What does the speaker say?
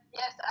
yes